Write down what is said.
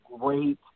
great